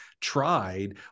tried